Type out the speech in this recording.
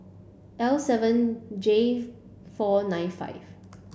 L seven J four nine five